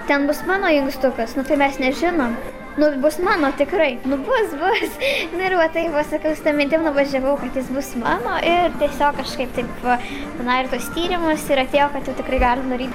ten bus mano inkstukas nu tai mes nežinom nu bus mano tikrai nu bus bus nu ir va taip va sakau su ta mintim nuvažiavau kad jis bus mano ir tiesiog kažkaip taip va padarė tuos tyrimus ir atėjo kad jau tikrai galim daryt